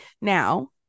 Now